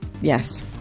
Yes